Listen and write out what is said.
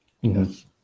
Yes